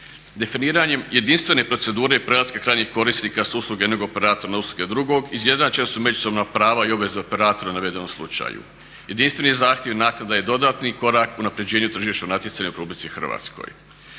Definiranjem jedinstvene procedure prelaska krajnjih korisnika s usluge jednog operatora na usluge drugog izjednačena su međusobna prava i obveze operatora u navedenom slučaju. Jedinstveni zahtjev naknada je dodatni korak u unapređenju tržišnog natjecanja u RH. Pitanje